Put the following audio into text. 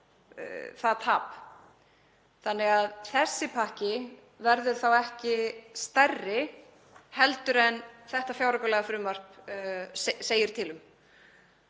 það tap, þannig að þessi pakki verður þá ekki stærri en þetta fjáraukalagafrumvarp segir til um.